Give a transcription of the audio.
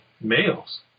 males